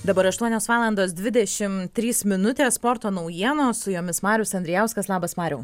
dabar aštuonios valandos dvidešimt trys minutės sporto naujienos su jomis marius andrijauskas labas mariau